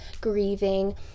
grieving